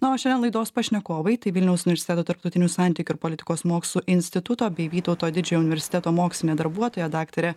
na o šiandien laidos pašnekovai tai vilniaus universiteto tarptautinių santykių ir politikos mokslų instituto bei vytauto didžiojo universiteto mokslinė darbuotoja daktarė